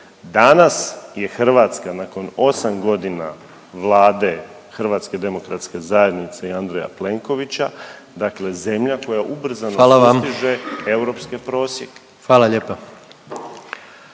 Danas je Hrvatska nakon 8 godina vlade Hrvatske demokratske zajednice i Andreja Plenkovića, dakle zemlja koja ubrzano sustiže europski prosjek. **Jandroković, Gordan